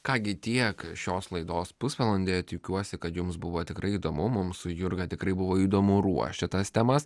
ką gi tiek šios laidos pusvalandį tikiuosi kad jums buvo tikrai įdomu mums su jurga tikrai buvo įdomu ruošti tas temas